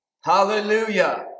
Hallelujah